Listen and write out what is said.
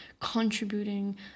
contributing